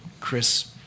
Chris